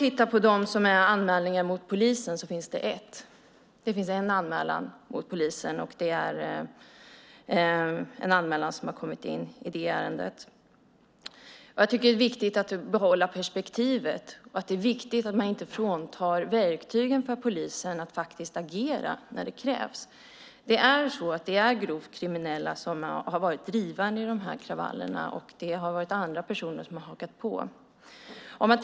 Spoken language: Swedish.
Bland anmälningarna finns det en mot polisen. Det finns alltså en anmälan mot polisen. Det är viktigt att behålla det perspektivet. Det är viktigt att man inte fråntar polisen verktygen för att agera när det krävs. Det är grovt kriminella som har varit drivande i de här kravallerna, och andra personer har hakat på.